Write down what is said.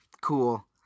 Cool